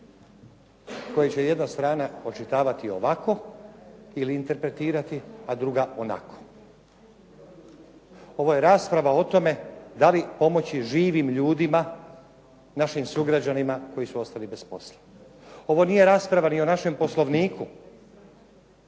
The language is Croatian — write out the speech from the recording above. koji će jedna strana očitovati ovako ili interpretirati, a druga onako. Ovo je rasprava o tome da li pomoći živim ljudima, našim sugrađanima koji su ostali bez posla. Ovo nije rasprava ni o našem Poslovniku